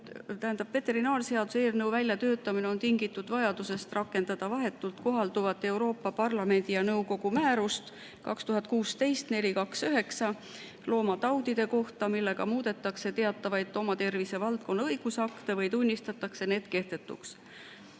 Veterinaarseaduse eelnõu väljatöötamine on tingitud vajadusest rakendada vahetult kohalduvat Euroopa Parlamendi ja nõukogu määrust 2016/429 loomataudide kohta, millega muudetakse teatavaid loomatervise valdkonna õigusakte või tunnistatakse need kehtetuks.